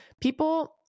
people